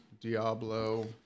Diablo